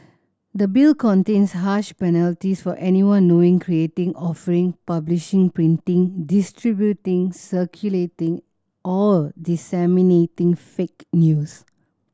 the Bill contains harsh penalties for anyone knowing creating offering publishing printing distributing circulating or disseminating fake news